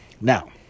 Now